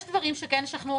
יש דברים שכן ישכנעו.